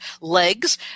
legs